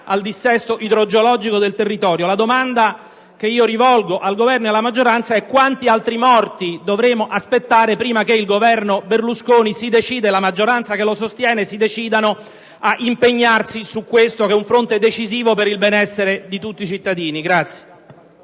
al dissesto idrogeologico del territorio. La domanda che rivolgo al Governo e alla maggioranza è quanti altri morti dovremo aspettare, prima che il Governo Berlusconi e la maggioranza che lo sostiene si decidano ad impegnarsi su questo fronte, che è decisivo per il benessere di tutti i cittadini.